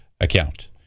account